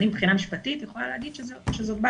אני, מבחינה משפטית, יכולה להגיד שזאת בעיה.